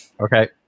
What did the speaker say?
Okay